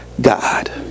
God